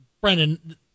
Brendan